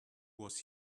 was